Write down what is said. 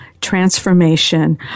transformation